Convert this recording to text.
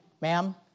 ma'am